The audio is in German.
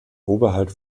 oberhalb